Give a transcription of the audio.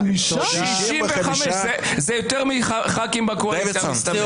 65%. זה יותר מח"כים בקואליציה המסתמנת.